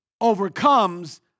overcomes